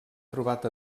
trobat